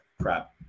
crap